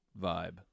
vibe